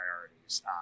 priorities